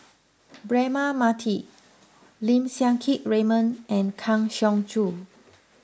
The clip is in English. Braema Mathi Lim Siang Keat Raymond and Kang Siong Joo